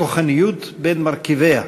בכוחניות בין מרכיביה.